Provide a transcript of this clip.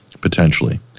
potentially